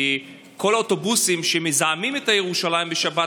כי כל האוטובוסים שמזהמים את ירושלים בשבת,